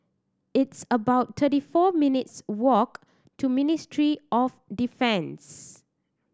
it's about thirty four minutes' walk to Ministry of Defence